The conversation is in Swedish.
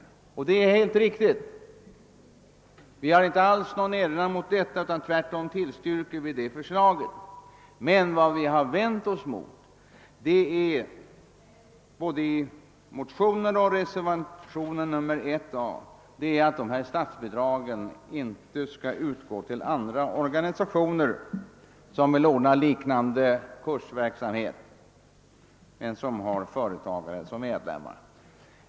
Det är också helt riktigt. Vi har på vårt håll inte alls någon erinran att göra mot detta förslag utan vill tvärtom tillstyrka det. Vad vi vänt oss mot både i motioner och i reservationen 1 a är att ifrågavarande statsbidrag inte skall kunna utgå till andra organisationer, som vill anordna liknande kursverksamhet.